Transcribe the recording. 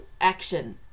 action